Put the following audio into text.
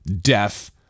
death